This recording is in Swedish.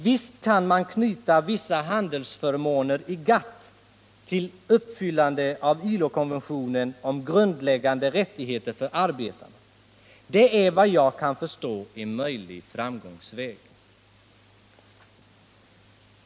Visst kan man knyta vissa handelsförmåner i GATT till uppfyllande av ILO konventionen om grundläggande rättigheter för arbetarna. Det är efter vad jag kan förstå en möjlig framgångsväg.